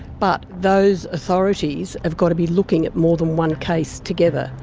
but those authorities have got to be looking at more than one case together,